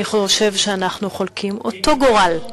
אני חושב שאנחנו חולקים אותו גורל,